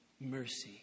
mercy